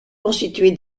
constituée